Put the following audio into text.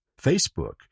Facebook